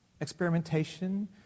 experimentation